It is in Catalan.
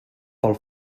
pel